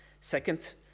Second